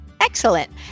Excellent